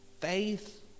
faith